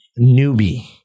newbie